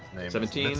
seventeen.